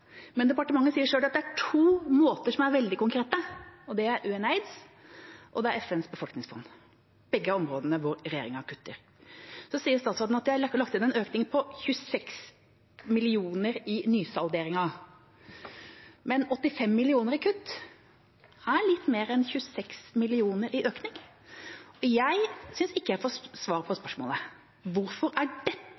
Men departementet sier selv at det er to regnemåter som er veldig konkrete, og det er gjennom å se på UNAIDS og å se på FNs befolkningsfond. Begge er områder hvor regjeringa kutter. Så sier statsråden at de har lagt inn en økning på 26 mill. kr i nysalderingen, men 85 mill. kr i kutt er litt mer enn 26 mill. kr i økning. Jeg syns ikke jeg får svar på